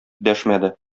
дәшмәде